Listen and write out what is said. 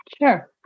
Sure